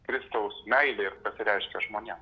kristaus meilė ir pasireiškia žmonėm